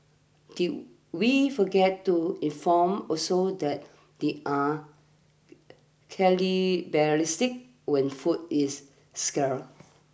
did we forget to inform also that they are cannibalistic when food is scar